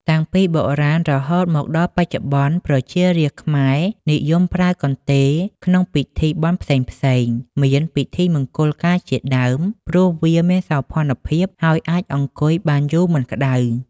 តាំងពីបុរាណរហូតមកដល់បច្ចុប្បន្ន ប្រជារាស្ត្រខ្មែរនិយមប្រើកន្ទេលក្នុងពិធីបុណ្យផ្សេងៗ មានពិធីមង្គលការជាដើម ព្រោះវាមានសោភ័ណ ហើយអាចអង្គុយ បានយូរមិនក្តៅ ។